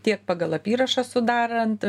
tiek pagal apyrašą sudarant